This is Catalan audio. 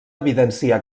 evidencia